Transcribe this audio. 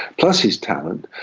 plus his talent,